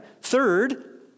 Third